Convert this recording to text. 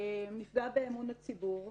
נפגע באמון הציבור.